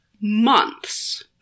months